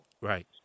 Right